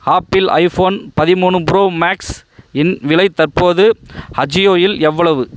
apple iPhone பதிமூணு Pro Max இன் விலை தற்போது அஜியோயில் எவ்வளவு